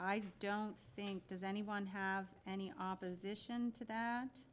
i don't think does anyone have any opposition to that